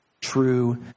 true